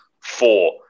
four